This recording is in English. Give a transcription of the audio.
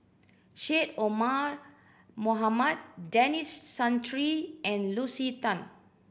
Syed Omar Mohamed Denis Santry and Lucy Tan